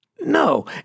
No